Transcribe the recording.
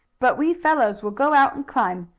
but we fellows will go out and climb,